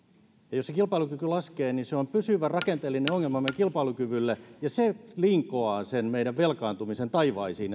ja jos kilpailukyky laskee niin se on pysyvä rakenteellinen ongelma meidän kilpailukyvylle ja se linkoaa meidän velkaantumisemme taivaisiin